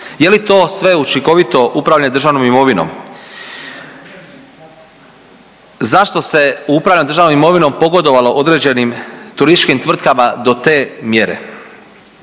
Je li to sve učinkovito upravljanje državnom imovinom? Zašto se u upravljanju državnom imovinom pogodovalo određenim turističkim tvrtkama do te mjere?